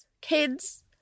kids